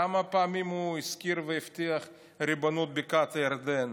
כמה פעמים הוא הזכיר והבטיח ריבונות על בקעת הירדן?